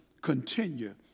continue